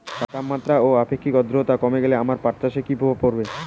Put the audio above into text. তাপমাত্রা ও আপেক্ষিক আদ্রর্তা কমে গেলে আমার পাট চাষে কী প্রভাব ফেলবে?